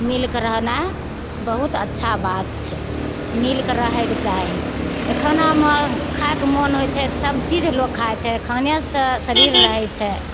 मिलके रहनाइ बहुत अच्छा बात छै मिलके रहयके चाही तऽ खानामे खायके मोन होइ छै तऽ सब चीज लोग खाय छै खानेसँ तऽ शरीर रहय छै